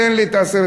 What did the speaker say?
תן לי את ה-10,000.